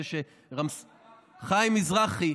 חיים מזרחי,